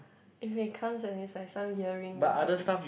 if it comes and it's like some earring or something